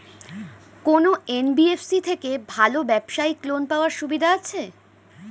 কোন এন.বি.এফ.সি থেকে ভালো ব্যবসায়িক লোন পাওয়ার সুবিধা আছে?